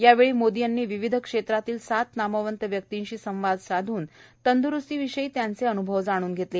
यावेळी मोदी यांनी विविध क्षेत्रातल्या सात नामवंत व्यक्तिंशी संवाद साधून तंद्रूस्ती विषयी त्यांचे अन्भव जाणून घेतले